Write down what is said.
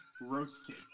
roasted